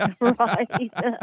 right